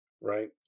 right